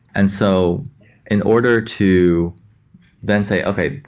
and so in order to then say, okay,